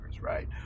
right